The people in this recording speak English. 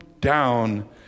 down